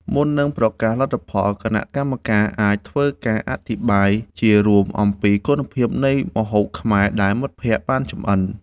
មុននឹងប្រកាសលទ្ធផល គណៈកម្មការអាចធ្វើការអត្ថាធិប្បាយជារួមអំពីគុណភាពនៃម្ហូបខ្មែរដែលមិត្តភក្តិបានចម្អិន។